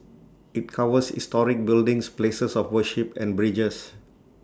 IT covers historic buildings places of worship and bridges